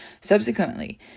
Subsequently